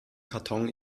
karton